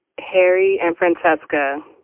harry and francheska